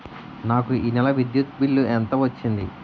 నాకు ఈ నెల విద్యుత్ బిల్లు ఎంత వచ్చింది?